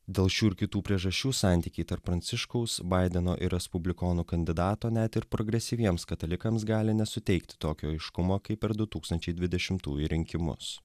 dėl šių ir kitų priežasčių santykiai tarp pranciškaus baideno ir respublikonų kandidato net ir progresyviems katalikams gali nesuteikti tokio aiškumo kaip per du tūkstančiai dvidešimtųjų rinkimus